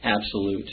absolute